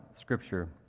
Scripture